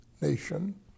nation